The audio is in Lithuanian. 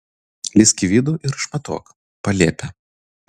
lįsk į vidų ir išmatuok paliepia